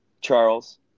charles